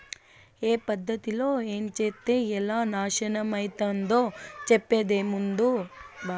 ఏ పద్ధతిలో ఏంచేత్తే ఎలా నాశనమైతందో చెప్పేదేముంది, కనబడుతంటే